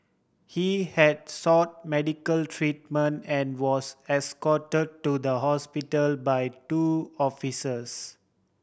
he had sought medical treatment and was escort to the hospital by two officers